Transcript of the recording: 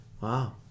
wow